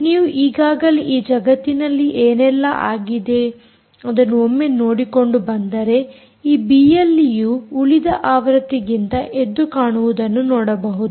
ನೀವು ಈಗಾಗಲೇ ಈ ಜಗತ್ತಿನಲ್ಲಿ ಏನೆಲ್ಲಾ ಆಗಿದೆ ಅದನ್ನು ಒಮ್ಮೆ ನೋಡಿಕೊಂಡು ಬಂದರೆ ಈ ಬಿಎಲ್ಈ ಯು ಉಳಿದ ಆವೃತ್ತಿಗಿಂತ ಎದ್ದು ಕಾಣುವುದನ್ನು ನೋಡಬಹುದು